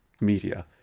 media